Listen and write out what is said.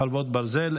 חרבות ברזל),